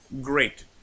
great